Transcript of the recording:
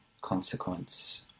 consequence